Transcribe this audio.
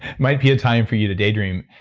might be a time for you to daydream.